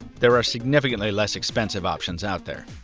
there are significantly less expensive options out there.